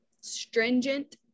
stringent